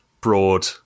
broad